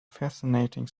fascinating